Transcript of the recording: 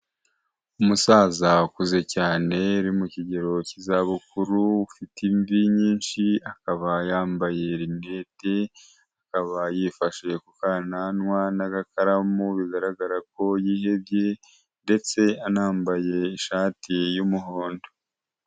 Umusaza ukuze cyane uri mu kigero cy'izabukuru ufite imvi nyinshi akaba yambaye rinete aba yifashe kukananwa n'agakaramu bigaragara ko yihebye ndetse anambaye ishati y'umuhondo.